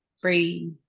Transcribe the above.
free